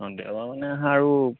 অ দেওবাৰ মানে আহা আৰু